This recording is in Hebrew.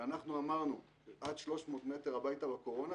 שאנחנו אמרנו עד 300 מטר הביתה בקורונה,